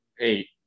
Eight